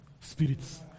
spirits